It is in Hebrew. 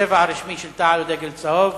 הדגל הרשמי של תע"ל הוא דגל צהוב.